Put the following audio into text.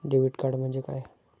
Debit card म्हणजे काय?